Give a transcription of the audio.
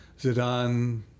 Zidane